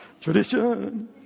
tradition